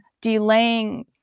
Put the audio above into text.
delaying